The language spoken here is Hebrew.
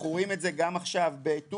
אנחנו רואים את זה גם עכשיו בטורקיה.